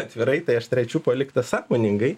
atvirai tai aš trečiu palikta sąmoningai